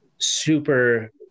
super